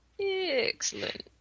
Excellent